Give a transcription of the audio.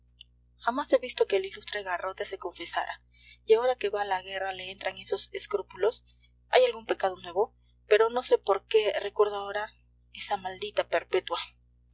jamás he visto que el ilustre garrote se confesara y ahora que va a la guerra le entran esos escrúpulos hay algún pecado nuevo pero no sé por qué recuerdo ahora esa maldita perpetua